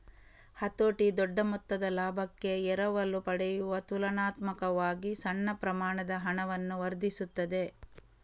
ಹತೋಟಿ ದೊಡ್ಡ ಮೊತ್ತದ ಲಾಭಕ್ಕೆ ಎರವಲು ಪಡೆಯುವ ತುಲನಾತ್ಮಕವಾಗಿ ಸಣ್ಣ ಪ್ರಮಾಣದ ಹಣವನ್ನು ವರ್ಧಿಸುತ್ತದೆ